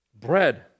bread